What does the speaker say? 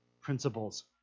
principles